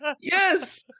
Yes